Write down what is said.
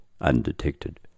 undetected